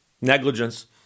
negligence